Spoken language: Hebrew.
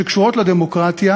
שורצת מצורעים,